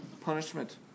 punishment